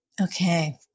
Okay